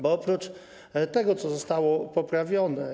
Bo oprócz tego, co zostało poprawione.